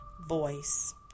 voice